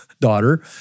daughter